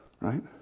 right